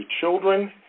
children